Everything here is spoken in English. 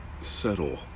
Settle